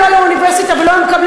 אם לא היו אוניברסיטה ולא היו מקבלים